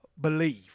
Believe